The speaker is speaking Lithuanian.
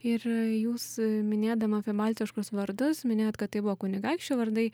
ir jūs minėdama apie baltiškus vardus minėjot kad tai buvo kunigaikščių vardai